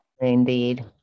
Indeed